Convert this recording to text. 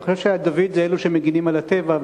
אני חושב שדוד הם אלו שמגינים על הטבע,